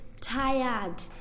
tired